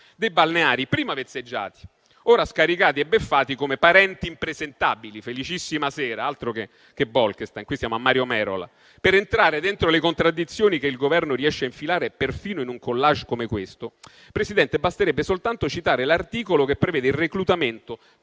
dei balneari prima vezzeggiati, ora scaricati e beffati come parenti impresentabili. Felicissima sera, altro che Bolkestein: qui stiamo a Mario Merola. Per entrare dentro le contraddizioni che il Governo riesce a infilare perfino in un *collage* come questo, basterebbe soltanto citare l'articolo che prevede il reclutamento presso la